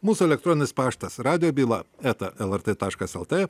mūsų elektroninis paštas radijo byla eta lrt taškas lt